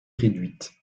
réduite